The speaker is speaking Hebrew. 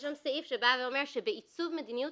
יש שם סעיף שבא ואומר שבעיצוב מדיניות